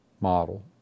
model